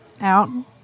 out